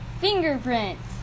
Fingerprints